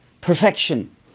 Perfection